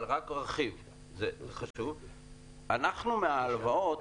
אנחנו מההלוואות,